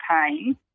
pain